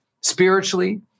spiritually